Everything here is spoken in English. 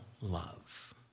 love